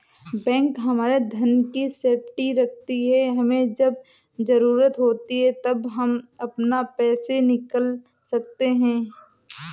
bank हमारे धन की सेफ्टी रखती है हमे जब जरूरत होती है तब हम अपना पैसे निकल सकते है